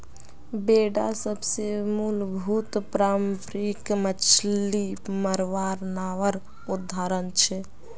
बेडा सबसे मूलभूत पारम्परिक मच्छ्ली मरवार नावर उदाहरण छे